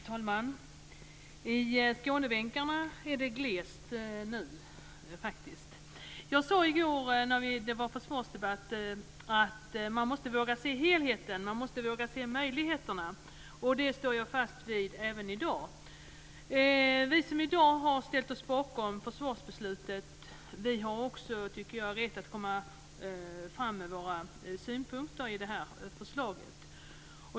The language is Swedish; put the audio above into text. Fru talman! På Skånebänken är det faktiskt glest nu. Jag sade i går i försvarsdebatten att man måste våga se helheten och möjligheterna. Det står jag fast vid även i dag. Vi som i dag har ställt oss bakom försvarsbeslutet har också, tycker jag, rätt att komma fram med våra synpunkter på det här förslaget.